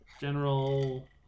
General